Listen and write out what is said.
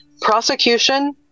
Prosecution